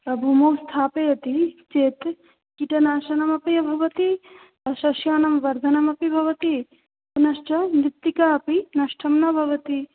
भूमौ स्थापयति चेत् कीटनाशनमपि भवति सस्यानां वर्धनम् अपि भवति पुनश्च मृत्तिका अपि नष्टं न भवति